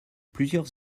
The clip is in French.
plusieurs